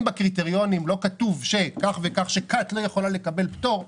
אם בקריטריונים לא כתוב שכת לא יכולה לקבל פטור.